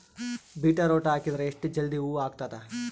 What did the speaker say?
Beetroot ಹಾಕಿದರ ಎಷ್ಟ ಜಲ್ದಿ ಹೂವ ಆಗತದ?